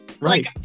Right